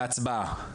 בהצבעה.